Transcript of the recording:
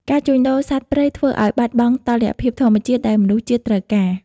ការជួញដូរសត្វព្រៃធ្វើឱ្យបាត់បង់តុល្យភាពធម្មជាតិដែលមនុស្សជាតិត្រូវការ។